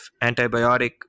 antibiotic